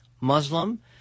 Muslim